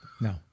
No